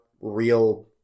real